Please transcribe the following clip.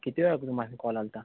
किती वेळा तुम्ही मा हे कॉल आला होता